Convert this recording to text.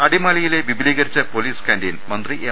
അടിമാലിയിലെ വിപുലീകരിച്ച police canteen മന്ത്രി M